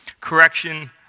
Correction